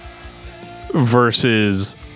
versus